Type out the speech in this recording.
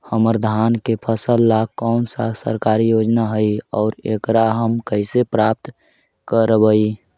हमर धान के फ़सल ला कौन सा सरकारी योजना हई और एकरा हम कैसे प्राप्त करबई?